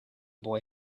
boy